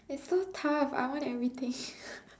it's so tough I want everything